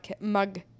mug